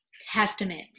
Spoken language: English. testament